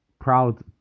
Proud